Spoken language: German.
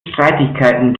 streitigkeiten